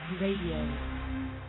Radio